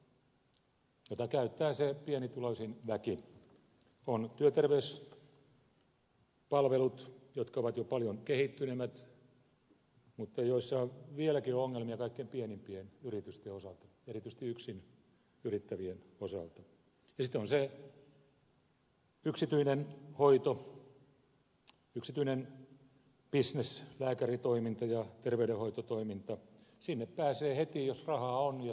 on perusterveydenhoito jota käyttää se pienituloisin väki on työterveyspalvelut jotka ovat jo paljon kehittyneemmät mutta joissa on vieläkin ongelmia kaikkein pienimpien yritysten osalta erityisesti yksin yrittävien osalta ja sitten on se yksityinen hoito yksityinen bisnes lääkäritoiminta ja terveydenhoitotoiminta sinne pääsee heti jos rahaa on ja saa hyvän hoidon